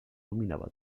dominava